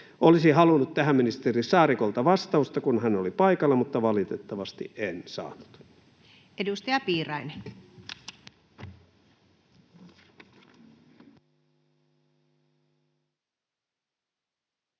Olisin halunnut tähän ministeri Saarikolta vastausta, kun hän oli paikalla, mutta valitettavasti en saanut. [Speech